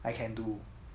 I can do